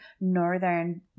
northern